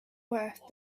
worth